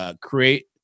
create